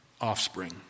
offspring